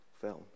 film